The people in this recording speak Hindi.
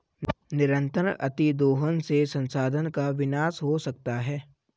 निरंतर अतिदोहन से संसाधन का विनाश हो सकता है